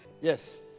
yes